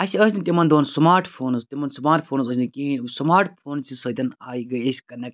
اَسہِ ٲسۍ نہٕ تِمَن دۄہَن سماٹ فونٕز تِمَن سُماٹ فونٕز ٲسۍ نہٕ کِہیٖنۍ سماٹ فونٕچ سۭتۍ آیہِ گٔے أسۍ کَنیٚکٹ